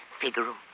Figaro